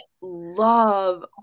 love